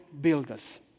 builders